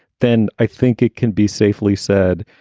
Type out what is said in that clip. then i think it can be safely said.